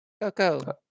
coco